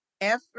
Effort